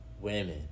women